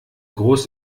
groß